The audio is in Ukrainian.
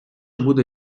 буде